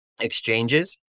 exchanges